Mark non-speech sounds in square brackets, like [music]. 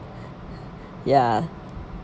[laughs] yeah [breath]